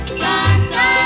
Santa